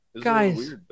Guys